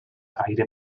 gaire